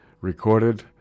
recorded